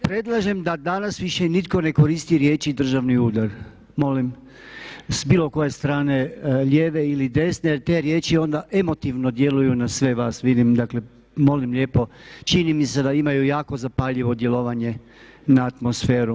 Predlažem da danas više nitko ne koristi riječi državni udar, molim, s bilo koje strane lijeve ili desne jer te riječi onda emotivno djeluju na sve vas, vidim, dakle molim lijepo, čini mi se da imaju jako zapaljivo djelovanje na atmosferu.